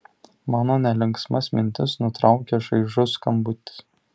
mano nelinksmas mintis nutraukia šaižus skambutis